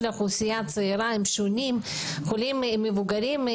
האוכלוסייה הצעירה הם שונים משל האוכלוסייה הבוגרת.